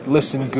Listen